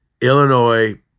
Illinois